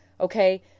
Okay